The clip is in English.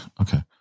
Okay